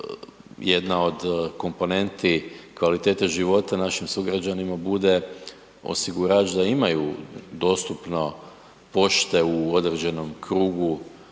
jedna od komponenti kvalitete života našim sugrađanima bude osigurač da imaju dostupno pošte u određenom krugu